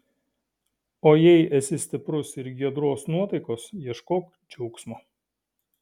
o jei esi stiprus ir giedros nuotaikos ieškok džiaugsmo